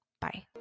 Bye